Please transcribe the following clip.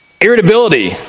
irritability